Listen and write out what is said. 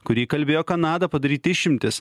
kuri įkalbėjo kanadą padaryt išimtis